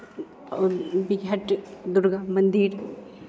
और बिहट दुर्गा मंदिर